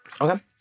Okay